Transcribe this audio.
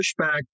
Pushback